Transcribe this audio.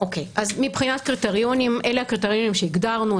מבחינת קריטריונים, אלה הקריטריונים שהגדרנו.